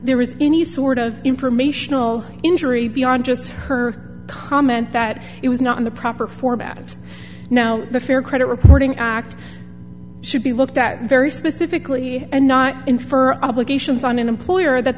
there was any sort of informational injury beyond just her comment that it was not in the proper format now the fair credit reporting act should be looked at very specifically and not infer obligations on an employer that